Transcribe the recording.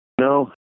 No